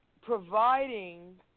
providing